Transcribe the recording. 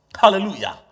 Hallelujah